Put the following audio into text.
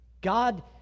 God